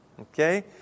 Okay